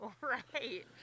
Right